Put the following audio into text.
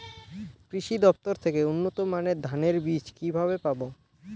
কৃষি দফতর থেকে উন্নত মানের ধানের বীজ কিভাবে পাব?